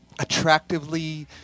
attractively